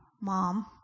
Mom